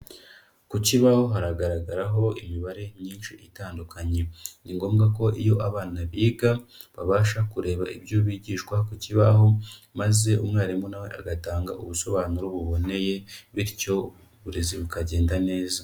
Ku kibaho haragaragaraho imibare myinshi itandukanye. Ni ngombwa ko iyo abana biga, babasha kureba ibyo bigishwa ku kibaho maze umwarimu na we agatanga ubusobanuro buboneye bityo uburezi bukagenda neza.